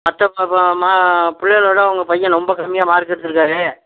மற்ற புள்ளைகளோட உங்க பையன் ரொம்ப கம்மியாக மார்க் எடுத்திருக்காரு